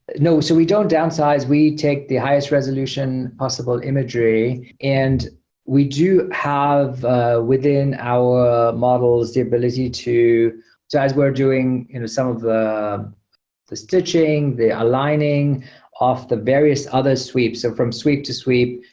no. so we don't downsize. we take the highest resolution possible possible imagery and we do have within our models the ability to to as were doing you know some of the the stitching, the aligning off the various other sweeps. so from sweep to sweep,